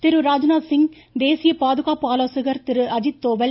திரு ராஜ்நாத்சிங் தேசிய பாதுகாப்பு ஆலோசகர் திரு அஜித் தோவல்